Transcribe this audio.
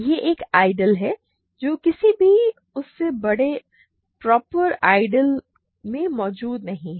यह एक आइडियल है जो किसी भी उससे बड़े प्रॉपर आइडियल में मौजूद नहीं है